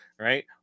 right